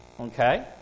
Okay